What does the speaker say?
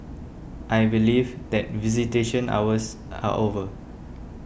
I believe that visitation hours are over